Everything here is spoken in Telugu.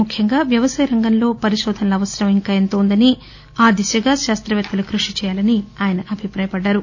ముఖ్యంగా వ్యవసాయరంగంలో పరిశోధనల అవసరం ఇంకా ఎంతో ఉందని ఆ దిశగా శాస్తవేత్తలు కృషి చేయాలని ఆయన అభిప్రాయపడ్లారు